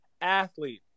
athlete